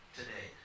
today